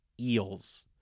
eels